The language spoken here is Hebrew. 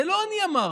את זה לא אני אמרתי,